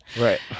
Right